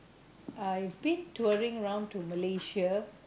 I be touring round to Malaysia